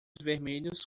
vermelhos